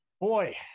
boy